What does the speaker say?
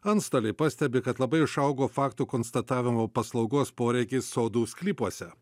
antstoliai pastebi kad labai išaugo faktų konstatavimo paslaugos poreikis sodų sklypuose